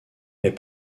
est